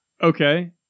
Okay